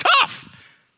tough